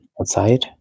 outside